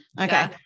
okay